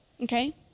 Okay